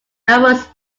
numerous